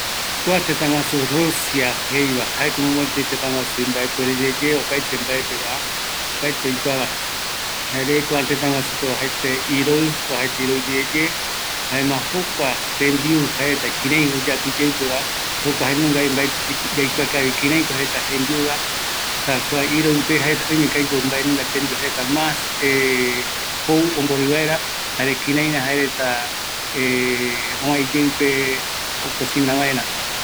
Kua tëtä jembiuregua mbaetɨ yaikuaete, kua iroɨpe oimeko aipo tembiu omborɨ vaera jete omomirata, mabetɨ aesa, jau jokotɨgua tembiuko jauva